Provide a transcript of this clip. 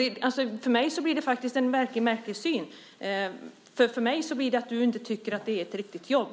För mig är det en verkligt märklig syn. Det innebär att du inte tycker att det här är riktiga jobb.